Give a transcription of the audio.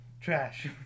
trash